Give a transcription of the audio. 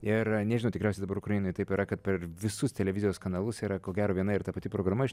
ir nežinau tikriausiai dabar ukrainoj taip yra kad per visus televizijos kanalus yra ko gero viena ir ta pati programa aš